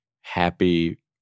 happy